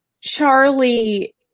Charlie